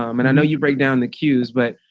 um and i know you break down the queues but,